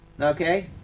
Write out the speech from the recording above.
Okay